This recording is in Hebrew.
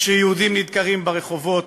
כשיהודים נדקרים ברחובות,